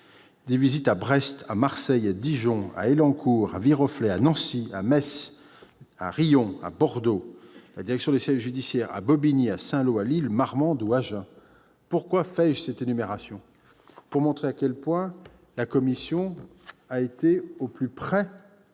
terrain, à Brest, à Marseille, à Dijon, à Élancourt, à Viroflay, à Nancy, à Metz, à Riom, à Bordeaux, à la direction des services judiciaires, à Bobigny, à Saint-Lô, à Lille, à Marmande et à Agen. Pourquoi cette énumération ? Pour montrer à quel point la commission a été au plus près de